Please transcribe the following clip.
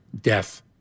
death